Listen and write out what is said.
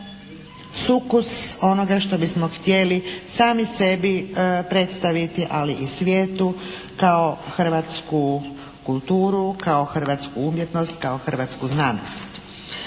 sukus onoga što bismo htjeli sami sebi predstaviti ali i svijetu kao hrvatsku kulturu, kao hrvatsku umjetnost, kao hrvatsku znanost.